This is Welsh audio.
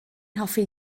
hoffi